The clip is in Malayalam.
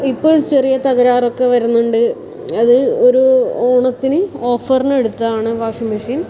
ഇപ്പോൾ ചെറിയ തകരാറൊക്കെ വരുന്നുണ്ട് അത് ഒരു ഓണത്തിന് ഓഫറിന് എടുത്തതാണ് വാഷിംഗ് മെഷീൻ